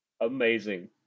amazing